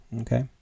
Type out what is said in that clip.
Okay